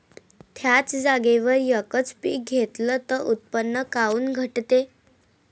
थ्याच जागेवर यकच पीक घेतलं त उत्पन्न काऊन घटते?